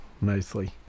nicely